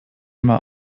immer